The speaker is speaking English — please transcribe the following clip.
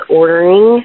ordering